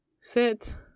sit